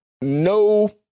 no